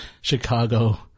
Chicago